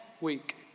week